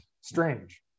strange